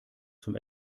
zum